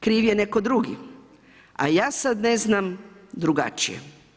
Kriv je netko drugi, a ja sad ne znam drugačije.